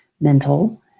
mental